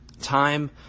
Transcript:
time